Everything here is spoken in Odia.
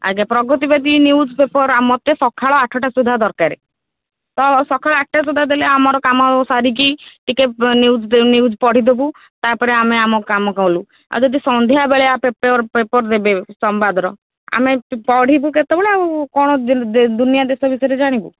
ଆଜ୍ଞା ପ୍ରଗଦିବାଦୀ ନିୟୁଜ୍ ପେପର୍ ମୋତେ ସକାଳ ଆଠଟା ସୁଧା ଦରକାର ତ ସକାଳ ଆଠଟା ସୁଧା ଦେଲେ ଆମର କାମ ସାରିକି ଟିକିଏ ନିୟୁଜ୍ ନିୟୁଜ୍ ପଢ଼ିଦେବୁ ତା'ପରେ ଆମେ ଆମ କାମ କଲୁ ଆଉ ଯଦି ସନ୍ଧ୍ୟାବେଳେ ପେପର୍ ପେପର୍ ଦେବେ ସମ୍ବାଦର ଆମେ ପଢ଼ିବୁ କେତେବେଳେ ଆଉ କ'ଣ ଦୁନିଆ ଦେଶ ବିଷୟରେ ଜାଣିବୁ